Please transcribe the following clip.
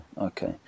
okay